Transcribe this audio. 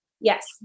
Yes